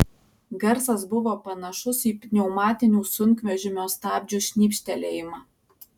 garsas buvo panašus į pneumatinių sunkvežimio stabdžių šnypštelėjimą